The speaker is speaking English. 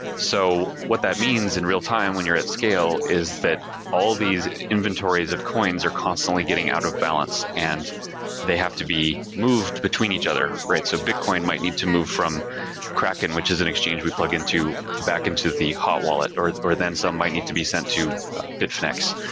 so what that means in real-time when you're at scale is that all these inventories of coins are constantly getting out of balance and they have to be moved between each other, right? so bitcoin might need to move from kraken, which is an exchange we plug back into the hot wallet or or then some might need to be sent to bitfinex.